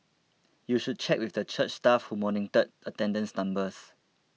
you should check with the church staff who monitored attendance numbers